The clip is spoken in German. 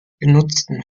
genutzten